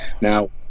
now